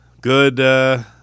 Good